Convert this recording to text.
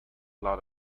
lot